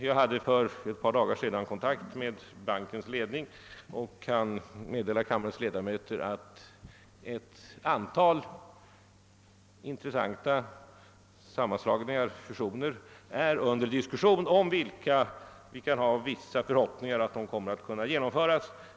Jag hade för ett par dagar sedan kontakt med bankens ledning och kan meddela kammarens ledamöter att ett antal intressanta sammanslagningar, fusioner, är under diskussion, om vilka vi kan ha vissa förhoppningar att de kommer att kunna genomföras.